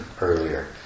earlier